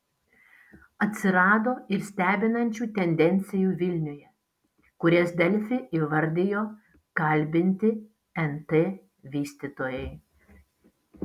atsirado ir stebinančių tendencijų vilniuje kurias delfi įvardijo kalbinti nt vystytojai